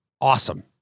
awesome